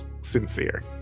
sincere